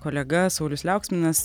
kolega saulius liauksminas